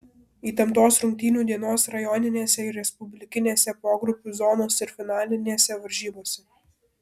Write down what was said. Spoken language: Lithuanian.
įtemptos rungtynių dienos rajoninėse ir respublikinėse pogrupių zonos ir finalinėse varžybose